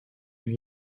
lui